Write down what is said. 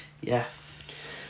Yes